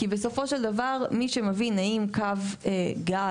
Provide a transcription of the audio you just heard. כי בסופו של דבר מי שמבין האם קו גז